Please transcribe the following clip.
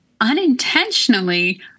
unintentionally